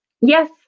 Yes